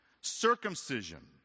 Circumcision